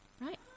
Right